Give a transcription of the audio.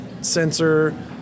sensor